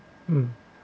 mm